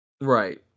Right